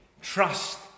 Trust